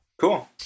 Cool